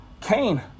Cain